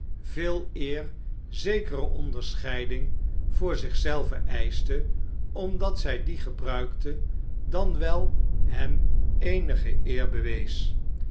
veeleer zekere onderscheiding voor zich zelve eischte omdat zij die gebruikte dan wel hem eenige eer bewees